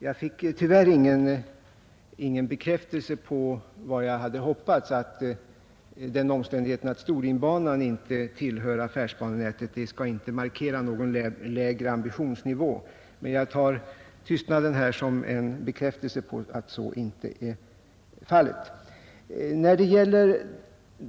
Jag fick tyvärr inte den bekräftelse jag hade hoppats på, nämligen att den omständigheten att Storlienbanan inte tillhör affärsbanenätet inte skall markera någon lägre ambitionsnivå, men jag tar denna tystnad som intäkt för att så inte är fallet.